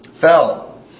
fell